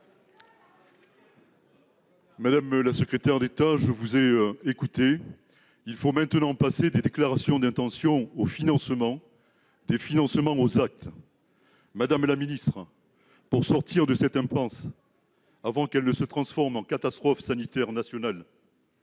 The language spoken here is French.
Madame la secrétaire d'État, je vous ai écoutée. Il faut maintenant passer des déclarations d'intention aux financements, et des financements aux actes, pour sortir de cette impasse avant qu'elle ne se transforme en catastrophe sanitaire nationale,